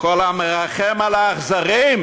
כל המרחם על האכזרים,